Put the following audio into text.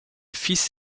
fils